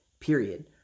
period